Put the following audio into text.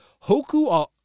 Hoku